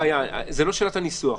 זו לא שאלת הניסוח.